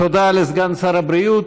תודה לסגן שר הבריאות.